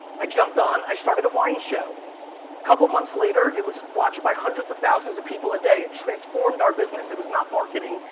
ah jumped on, i started a wine show. a couple of months later, it was watched by hundreds of thousands of people a day. it transformed our business. it was not marketing,